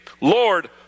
Lord